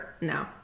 No